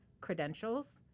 credentials